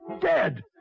Dead